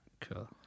cool